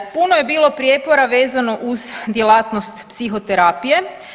Puno je bilo prijepora vezano uz djelatnost psihoterapije.